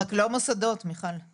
רק לא מוסדות, מיכל.